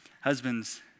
Husbands